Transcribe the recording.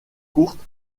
courte